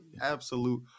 absolute